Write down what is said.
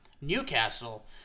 Newcastle